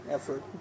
Effort